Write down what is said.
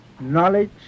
knowledge